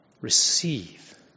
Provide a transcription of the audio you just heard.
Receive